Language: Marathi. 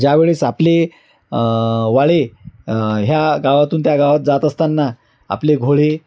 ज्यावेळेस आपले वाळे ह्या गावातून त्या गावात जात असताना आपली घोडे